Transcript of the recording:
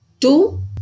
Two